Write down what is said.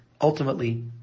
ultimately